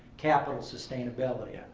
capitol sustainability.